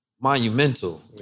monumental